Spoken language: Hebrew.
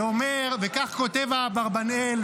וכך כותב האברבנאל,